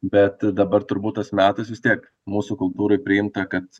bet dabar turbūt tas metas vis tiek mūsų kultūroj priimta kad